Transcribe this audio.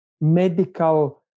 medical